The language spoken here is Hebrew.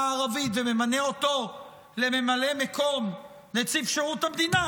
הערבית וממנה אותו לממלא מקום נציב שירות המדינה,